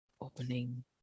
opening